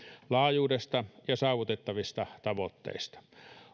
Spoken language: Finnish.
laajuudesta ja saavutettavista tavoitteista